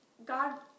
God